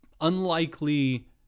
unlikely